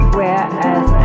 whereas